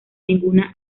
ninguna